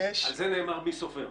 שרים,